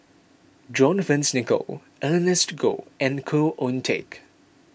John Fearns Nicoll Ernest Goh and Khoo Oon Teik